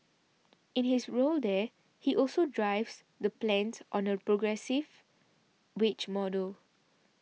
in his role there he also drives the plans on a progressive wage model